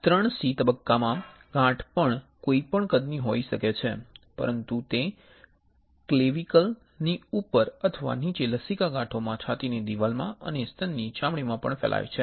IIIC તબક્કામાં ગાંઠ પણ કોઈપણ કદની હોઈ શકે છે પરંતુ તે ક્લેવીકલ ની ઉપર અથવા નીચે લસિકા ગાંઠોમાં છાતીની દિવાલમા અને સ્તનની ચામડીમા પણ ફેલાય છે